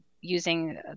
using